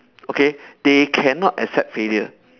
okay they cannot accept failure